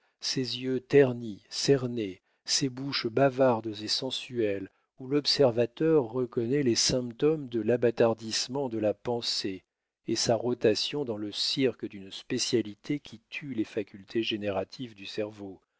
ces yeux ternis cernés ces bouches bavardes et sensuelles où l'observateur reconnaît les symptômes de l'abâtardissement de la pensée et sa rotation dans le cirque d'une spécialité qui tue les facultés génératives du cerveau